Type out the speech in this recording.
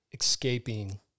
escaping